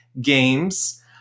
games